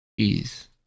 Jeez